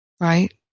Right